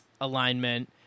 alignment